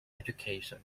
education